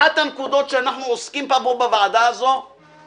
אחת הנקודות שאנחנו עוסקים בהן בוועדה הזאת היא